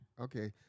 Okay